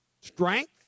strength